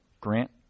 Grant